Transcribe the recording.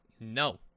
No